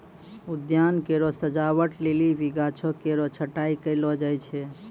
उद्यान केरो सजावट लेलि भी गाछो केरो छटाई कयलो जाय छै